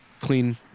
clean